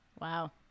Wow